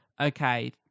okay